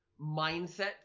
mindset